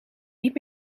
niet